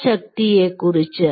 ആ ശക്തിയെ കുറിച്ച്